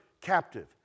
captive